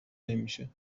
نمیشه